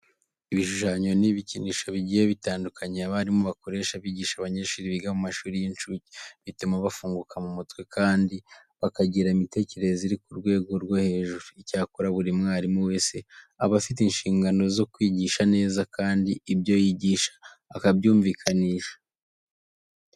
Ibishushanyo n'ibikinisho bigiye bitandukanye abarimu bakoresha bigisha abanyeshuri biga mu mashuri y'incuke, bituma bafunguka mu mutwe kandi bakagira imitekerereze iri ku rwego rwo hejuru. Icyakora buri mwarimu wese aba afite inshingano zo kwigisha neza kandi ibyo yigisha akabyumvikanisha.